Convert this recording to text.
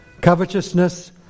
Covetousness